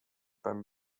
beim